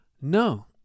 no